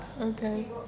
Okay